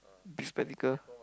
this spectacle